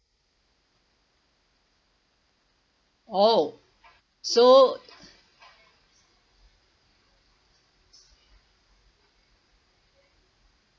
oh so